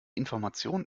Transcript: informationen